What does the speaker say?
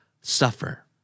Suffer